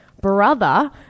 brother